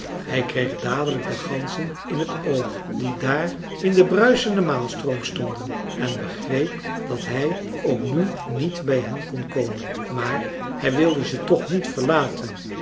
hij kreeg dadelijk de ganzen in t oog die daar in den bruisenden maalstroom stonden en begreep dat hij ook nu niet bij hen kon komen maar hij wilde ze toch niet verlaten